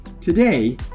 Today